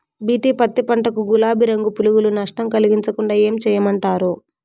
BT పత్తి పంట కు, గులాబీ రంగు పులుగులు నష్టం కలిగించకుండా ఏం చేయమంటారు?